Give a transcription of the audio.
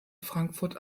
frankfurt